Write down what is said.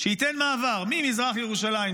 שתיתן מעבר ממזרח ירושלים,